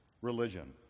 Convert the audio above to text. religion